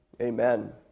Amen